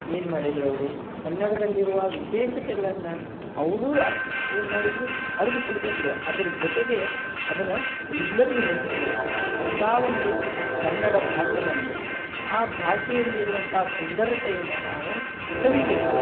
ಏನು ಮಾಡಿದರು ಅವರು ಕನ್ನಡಲ್ಲಿರುವ ವಿಶೇಷತೆಗಳನ್ನು ಅವ್ರು ಅರ ಏನು ಮಾಡಿದರು ಅರೆದು ಕುಡಿದಿದ್ದರು ಅದ್ರ ಜೊತೆಗೆ ಅದನ್ನು ಎಲ್ಲರಿಗು ಹಂಚಿದರು ಅಂತಹ ಒಂದು ಕನ್ನಡ ಭಾಷೆ ನಮ್ಮದು ಆ ಭಾಷೆಯಲ್ಲಿರುವಂತ ಸುಂದರತೆಯನ್ನು ನಾವು ಸವಿಬೇಕು